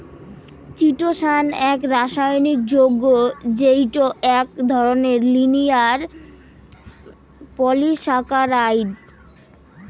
chitosan এক রাসায়নিক যৌগ্য যেইটো এক ধরণের লিনিয়ার পলিসাকারাইড